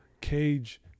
Cage